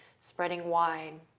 spreading wide.